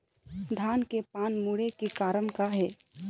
धान के पान मुड़े के कारण का हे?